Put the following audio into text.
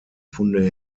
funde